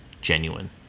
genuine